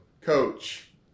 coach